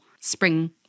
spring